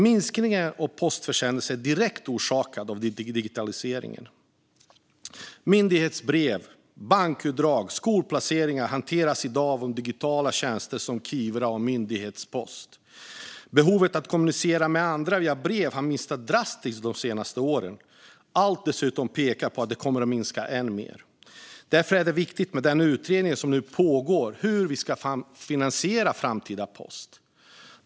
Minskningen av mängden postförsändelser är direkt orsakad av digitaliseringen. Myndighetsbrev, bankutdrag och skolplaceringar hanteras i dag av digitala tjänster som Kivra eller myndighetspost. Behovet av att kommunicera med andra via brev har minskat drastiskt de senaste åren. Allt pekar dessutom på att det kommer att minska än mer. Därför är det viktigt med den utredning som nu pågår om hur vi ska finansiera framtida post.